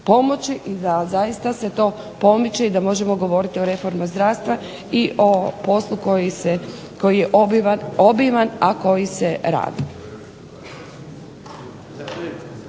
i da zaista se to pomiče i da možemo govoriti o reformi zdravstva i o poslu koji je obiman, a koji se radi.